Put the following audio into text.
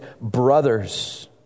brothers